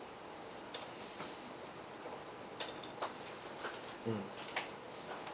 mm